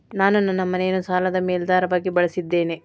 ನಾನು ನನ್ನ ಮನೆಯನ್ನು ಸಾಲದ ಮೇಲಾಧಾರವಾಗಿ ಬಳಸಿದ್ದೇನೆ